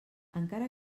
encara